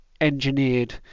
engineered